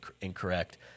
incorrect